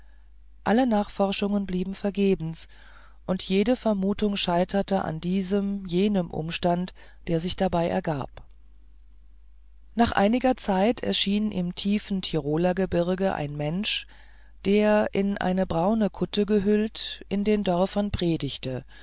alle nachforschungen blieben vergebens und jede vermutung scheiterte an diesem jenem umstande der sich dabei ergab nach einiger zeit erschien im tiefen tirolergebirge ein mensch der in eine braune kutte gehüllt in den dörfern predigte